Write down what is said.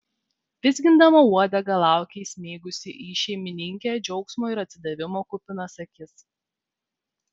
vizgindama uodegą laukė įsmeigusi į šeimininkę džiaugsmo ir atsidavimo kupinas akis